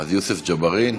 אז יוסף ג'בארין.